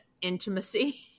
intimacy